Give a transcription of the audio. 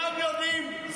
כולם יודעים,